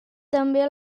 també